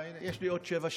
יש לי עוד שבע שניות,